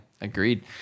agreed